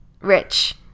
Rich